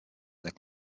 their